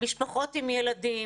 למשפחות עם ילדים,